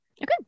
Okay